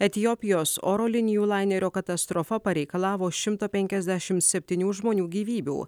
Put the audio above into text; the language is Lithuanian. etiopijos oro linijų lainerio katastrofa pareikalavo šimto penkiasdešimt septynių žmonių gyvybių